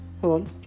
hold